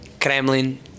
Kremlin